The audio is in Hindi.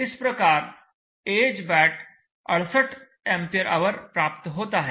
इस प्रकार Ahbat 68 Ah प्राप्त होता है